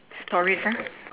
stories ah